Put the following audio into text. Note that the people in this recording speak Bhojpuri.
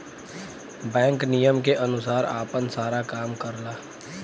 बैंक नियम के अनुसार आपन सारा काम करला